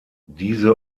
diese